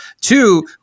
two